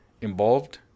involved